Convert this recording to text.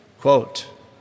quote